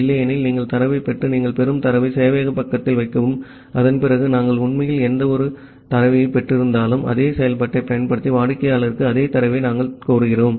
இல்லையெனில் நீங்கள் தரவைப் பெற்று நீங்கள் பெறும் தரவை சேவையக பக்கத்தில் வைக்கவும் அதன்பிறகு நாங்கள் உண்மையில் எந்த தரவைப் பெற்றிருந்தாலும் அதே செயல்பாட்டைப் பயன்படுத்தி வாடிக்கையாளருக்கு அதே தரவை நாங்கள் கோருகிறோம்